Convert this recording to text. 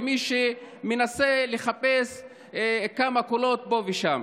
למי שמנסה לחפש כמה קולות פה ושם.